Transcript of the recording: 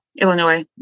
Illinois